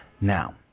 Now